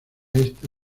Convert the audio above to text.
esta